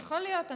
יכול להיות.